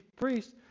priests